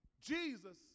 Jesus